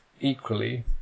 equally